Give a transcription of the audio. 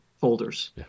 folders